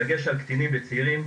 בדגש על קטינים וצעירים,